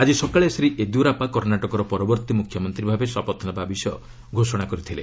ଆଜି ସକାଳେ ଶ୍ରୀ ୟେଦିୟୁରାପ୍ସା କର୍ଷାଟକର ପରବର୍ତ୍ତୀ ମୁଖ୍ୟମନ୍ତ୍ରୀ ଭାବେ ଶପଥ ନେବା ବିଷୟ ଘୋଷଣା କରିଥିଲେ